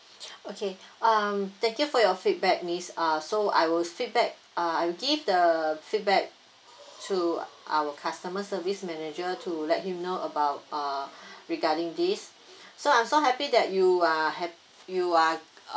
okay um thank you for your feedback miss uh so I will feedback uh I'll give the feedback to our customer service manager to let him know about uh regarding this so I'm so happy that you are hap~ you are